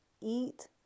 Eat